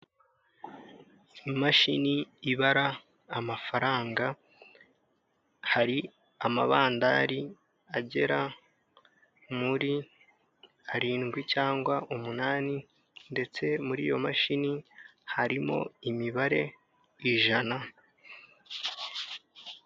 Imashini ibara amafaranga, hari amabandari agera muri arindwi cyangwa umunani ndetse muri iyo mashini harimo imibare ijana.